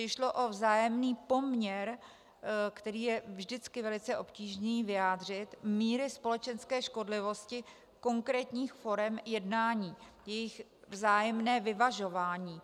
Šlo o vzájemný poměr, který je vždycky velice obtížné vyjádřit, míry společenské škodlivosti konkrétních forem jednání, jejich vzájemné vyvažování.